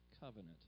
covenant